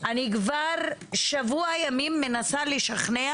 אני כבר שבוע ימים מנסה לשכנע